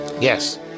Yes